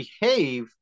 behave